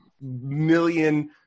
million